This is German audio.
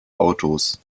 autos